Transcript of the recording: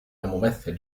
ممثل